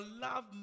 love